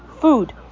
Food